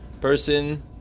Person